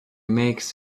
makes